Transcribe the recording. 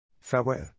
Farewell